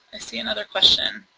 i see another question.